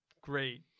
great